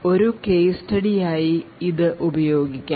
ഒരു case study ആയി ഇതു ഉപയോഗിക്കാം